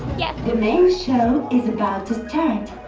yes. the main show is about to